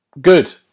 Good